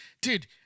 Dude